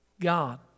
God